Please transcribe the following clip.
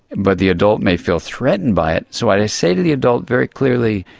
but the adult may feel threatened by it. so i say to the adult very clearly,